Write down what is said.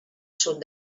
sud